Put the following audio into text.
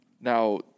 now